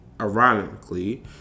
ironically